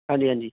ਹਾਂਜੀ ਹਾਂਜੀ